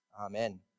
Amen